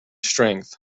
strength